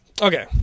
Okay